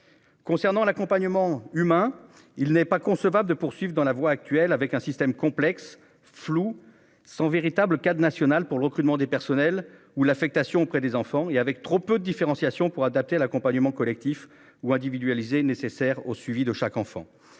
Concernant l'accompagnement humain il n'est pas concevable de poursuivre dans la voie actuelle avec un système complexe flou sans véritable cadre national pour le recrutement des personnels ou l'affectation auprès des enfants et avec trop peu de différenciation pour adapter l'accompagnement collectif ou individualisé nécessaires au suivi de chaque enfant.